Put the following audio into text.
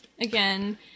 again